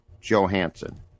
Johansson